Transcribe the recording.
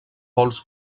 pols